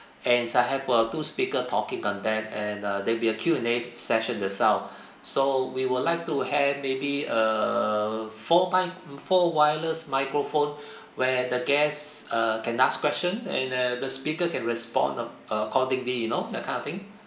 and I have a two speaker talking on that and uh there'll be a Q and A session itself so we would like to have maybe a four by four wireless microphone where the guests uh can ask question and uh the speaker can respond a~ accordingly you know that kind of thing